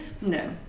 no